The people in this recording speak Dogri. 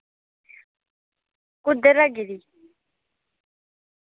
कुद्धर लग्गी दी